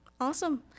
Awesome